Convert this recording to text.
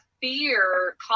fear